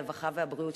הרווחה והבריאות,